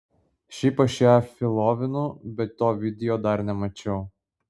šiaip aš ją filovinu bet to video dar nemačiau